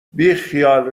بیخیال